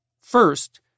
First